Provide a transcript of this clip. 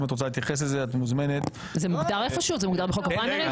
אתה מתעלם מכל מה שמסביב,